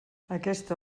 aquesta